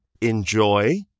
enjoy